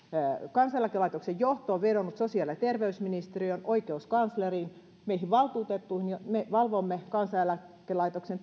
kansaneläkelaitoksen johto on vedonnut sosiaali ja terveysministeriöön oikeuskansleriin meihin valtuutettuihin me valvomme kansaneläkelaitoksen